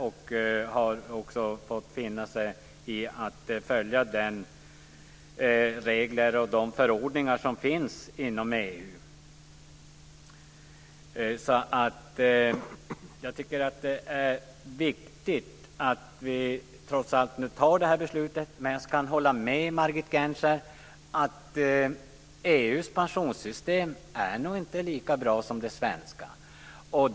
De har också fått finna sig i att följa de regler och de förordningar som finns inom EU. Det är viktigt att vi trots allt fattar det här beslutet. Men jag kan hålla med Margit Gennser om att EU:s pensionssystem nog inte är lika bra som det svenska.